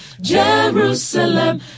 Jerusalem